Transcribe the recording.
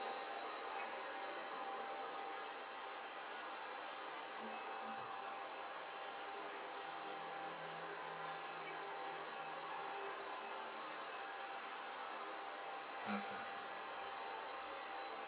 mm